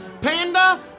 Panda